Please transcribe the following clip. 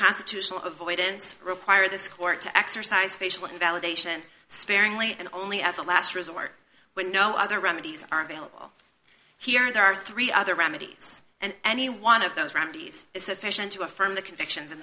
constitutional avoidance require this court to exercise patience and validation sparingly and only as a last resort when no other remedies are available here and there are three other remedies and any one of those remedies is sufficient to affirm the convictions in